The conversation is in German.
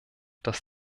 dass